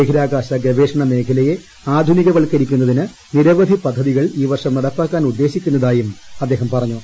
ബഹിരാകാശ ഗുര്പ്പേഷണ മേഖലയെ ആധുനികവത്കരിക്കുന്നതിന് നിരവ്വുമി പിദ്ധതികൾ ഈ വർഷം നടപ്പാക്കാൻ ഉദ്ദേശിക്കുന്നതായും ആദ്ദേഹം പറഞ്ഞു